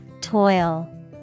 Toil